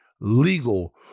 legal